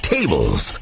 Tables